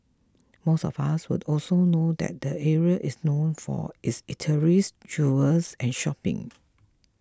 most of us would also know that the area is known for its eateries jewellers and shopping